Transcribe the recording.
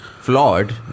flawed